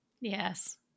Yes